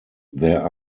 there